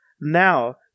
Now